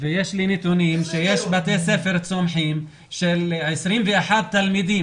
יש לי נתונים שיש בית ספר צומח של 21 תלמידים